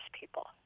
people